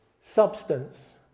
Substance